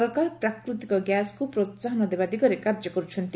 ସରକାର ପ୍ରାକୃତିକ ଗ୍ୟାସ୍କୁ ପ୍ରୋସାହନ ଦେବା ଦିଗରେ କାର୍ଯ୍ୟ କରୁଛନ୍ତି